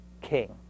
king